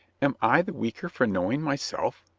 am i the weaker for knowing myself?